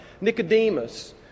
Nicodemus